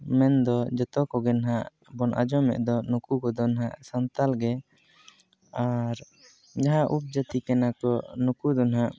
ᱢᱮᱱ ᱫᱚ ᱡᱚᱛᱚ ᱠᱚᱜᱮ ᱱᱟᱦᱟᱜ ᱵᱚᱱ ᱟᱸᱡᱚᱢᱮᱫ ᱫᱚ ᱱᱩᱠᱩ ᱠᱚᱫᱚ ᱱᱟᱦᱟᱜ ᱥᱟᱱᱛᱟᱲ ᱜᱮ ᱟᱨ ᱡᱟᱦᱟᱸ ᱩᱯᱚᱡᱟᱹᱛᱤ ᱠᱟᱱᱟ ᱠᱚ ᱱᱩᱠᱩ ᱫᱚ ᱱᱟᱦᱟᱜ